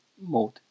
mode